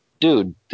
dude